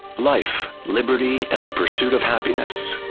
life, liberty and the pursuit of happiness.